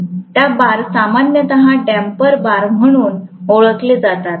त्या बार सामान्यत damper bar म्हणून ओळखले जातात